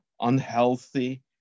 unhealthy